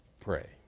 pray